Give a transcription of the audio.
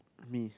me